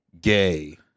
gay